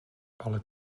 ale